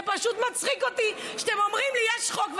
זה פשוט מצחיק אותי שאתם אומרים לי: יש חוק.